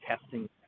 testing